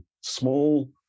small